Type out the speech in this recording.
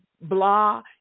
blah